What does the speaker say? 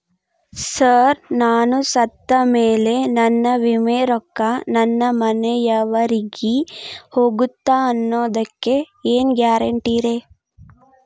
Sir ನಾನು ಸತ್ತಮೇಲೆ ನನ್ನ ವಿಮೆ ರೊಕ್ಕಾ ನನ್ನ ಮನೆಯವರಿಗಿ ಹೋಗುತ್ತಾ ಅನ್ನೊದಕ್ಕೆ ಏನ್ ಗ್ಯಾರಂಟಿ ರೇ?